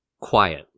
quiet